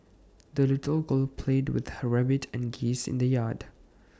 the little girl played with her rabbit and geese in the yard